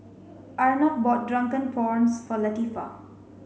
Arnav bought drunken prawns for Latifah